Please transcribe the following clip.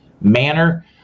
manner